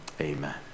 amen